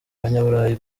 abanyaburayi